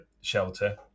shelter